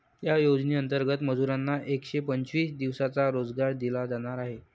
या योजनेंतर्गत मजुरांना एकशे पंचवीस दिवसांचा रोजगार दिला जाणार आहे